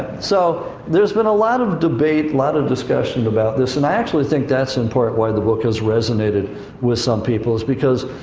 so, there's been a lot of debate, a lot of discussion about this. and i actually think that's in part why the book has resonated with some people. it's because